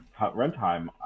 runtime